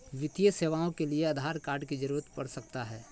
वित्तीय सेवाओं के लिए आधार कार्ड की जरूरत पड़ सकता है?